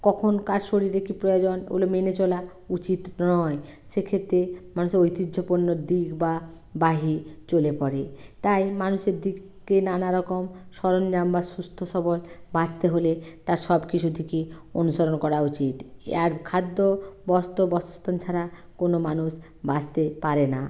কখন কার শরীরে কি প্রয়োজন ওগুলো মেনে চলা উচিত নয় সেক্ষেত্রে মানুষের ঐতিহ্যপন্ন দিক বা বাহির জ্বলে পড়ে তাই মানুষের দিককে নানা রকম সরঞ্জাম বা সুস্থ সবল বাঁচতে হলে তার সব কিছুর থেকে অনুসরণ করা উচিত আর খাদ্য বস্ত্র বসস্থান ছাড়া কোনো মানুষ বাঁচতে পারে না